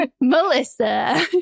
Melissa